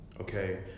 okay